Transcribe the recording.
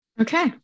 Okay